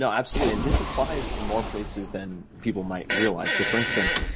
so absolutely and this applies in more places than people might realize. so for instance,